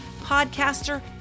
podcaster